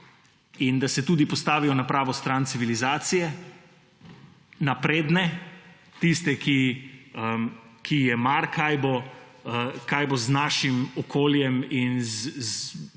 in da se tudi postavijo na pravo stran civilizacije; napredne, tiste, ki ji je mar, kaj bo z našim okoljem in z